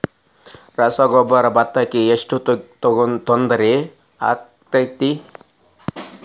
ರಸಗೊಬ್ಬರ, ಭತ್ತಕ್ಕ ಎಷ್ಟ ತೊಂದರೆ ಆಕ್ಕೆತಿ?